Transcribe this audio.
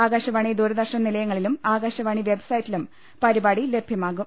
ആകാശവാണി ദൂരദർശൻ നിലയങ്ങളിലും ആകാ ശവാണി വെബ്സൈറ്റിലും പരിപാടി ലഭ്യമാകും